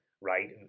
right